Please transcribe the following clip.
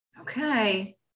Okay